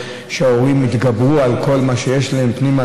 ושההורים יתגברו על כל מה שיש להם פנימה,